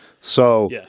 So-